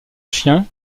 chien